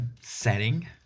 setting